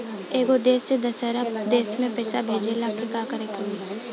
एगो देश से दशहरा देश मे पैसा भेजे ला का करेके होई?